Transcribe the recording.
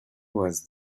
was